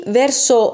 verso